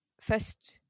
first